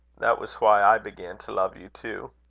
that was why i began to love you too.